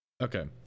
okay